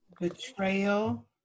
betrayal